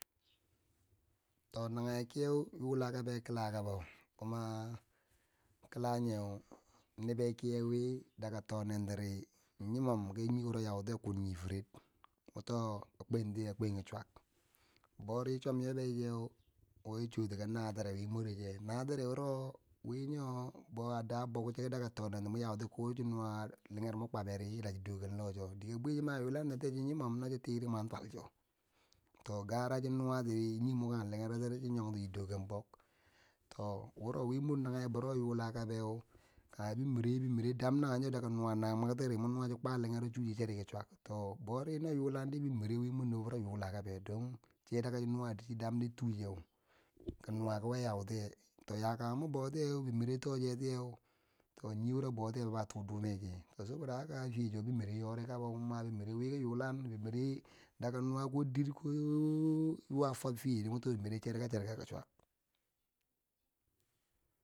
To nanghe kiye yula kabeu kila kabo, kuma kila nyeu nibe kiyewi daga tonentiri nyimom ki nyi wuro yautiyeu kun nifire mo to, a kwentiye a kwenki chwak, bori chum yobecheu wo chi, chotiyeu ki natireu wi mwore che, natire wuro wi nyo bo a do bwokche, daga tonentire mwon yanti ko shi mwor liger mun kwaberi, yila shi doken locho dike bwichi ma yulantiye chin nyimon no chi tiri mwan twancho, to gara chi nawati ki nge mwokan linyer tiri chi nyonti chi doken bwak, to wuro wi mwor nanghe biro yula kabeu, kange bimire, bimere dam na wuroyo daga nuwa namwektiri mwo nuwa chu kwa linyer, chu cheri ki chwak to bori no yulari di bimere wi mor nubo wuro yula kabwe don che daga chi nuwa dike damdi to che, ki nuwa ki we yautiye, to yakako mwan bontiyeu bimere to che tiyeu nye to yiwuro bo tiye a twu dume che, to saboda haka fiyechou bimere yori kaba, kuma bimere wi ki yulan, bimere daga nuwa ko did ko ko yuwa fob fiye chire mo to bimere cherka cherka ka ki chwak.